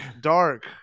dark